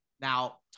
Now